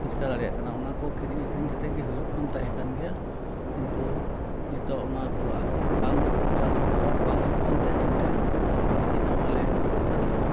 ᱵᱟᱠᱚ ᱪᱤᱠᱟᱹ ᱫᱟᱲᱮᱭᱟᱜ ᱠᱟᱱᱟ ᱠᱤᱨᱤᱧ ᱟᱹᱠᱷᱟᱨᱤᱧ ᱠᱟᱛᱮᱜᱮ ᱦᱩᱭᱩᱜ ᱠᱟᱱ ᱛᱟᱦᱮᱸ ᱠᱟᱱ ᱜᱮᱭᱟ ᱠᱤᱱᱛᱩ ᱱᱤᱛᱚᱜ ᱚᱱᱟ ᱠᱚ ᱵᱟᱝ ᱪᱟᱥ ᱟᱵᱟᱫ ᱵᱟᱝ ᱦᱩᱭᱩᱜ ᱠᱟᱱᱛᱮ ᱴᱷᱤᱠ ᱴᱷᱟᱠ ᱚᱱᱟ ᱛᱮ ᱪᱮᱫ ᱦᱚᱸ ᱵᱟᱞᱮ ᱪᱤᱠᱟᱹᱫᱟᱲᱮᱭᱟᱜ ᱠᱟᱱᱟ